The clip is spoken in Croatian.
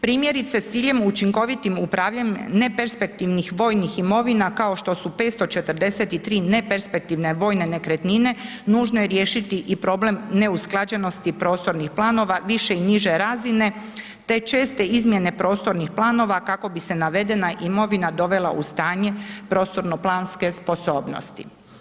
Primjerice s ciljem učinkovitim upravljanjem neperspektivnih vojnih imovina, kao što su 543 neperspektivne vojne nekretnine, nužno je riješiti i problem neusklađenosti prostornih planova, više i niže razine, te česte izmjene prostornih planova kako bi se navedena imovina dovela u stanje prostorno planske sposobnosti.